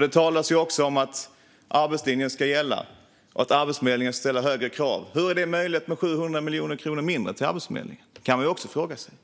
Det talas också om att arbetslinjen ska gälla och att Arbetsförmedlingen ska ställa högre krav. Hur är det möjligt med 700 miljoner kronor mindre till Arbetsförmedlingen? Det kan man också fråga sig.